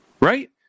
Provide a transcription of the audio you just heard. Right